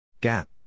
Gap